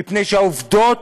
מפני שהעובדות,